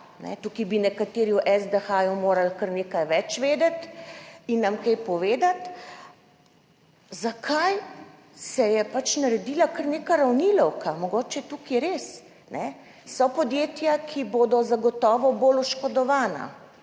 Tukaj bi nekateri o SDH morali kar nekaj več vedeti in nam kaj povedati. Zakaj se je naredila kar neka uravnilovka? Mogoče je tukaj res, so podjetja, ki bodo zagotovo bolj oškodovana,